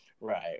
Right